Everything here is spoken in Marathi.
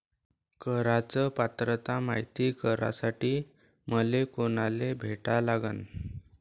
कराच पात्रता मायती करासाठी मले कोनाले भेटा लागन?